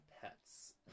pets